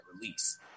release